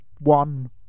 one